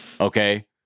Okay